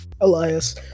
Elias